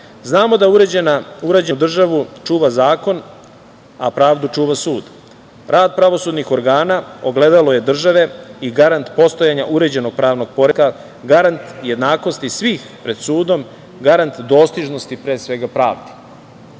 da uređenu državu čuva zakon a pravdu čuva sud. Rad pravosudnih organa ogledalo je države i garant postojanja uređenog pravnog poretka, garant jednakosti svih pred sudom, garant dostižnosti pre svega pravde. Zato